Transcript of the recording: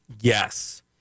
yes